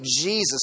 Jesus